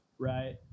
right